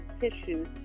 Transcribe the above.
Tissues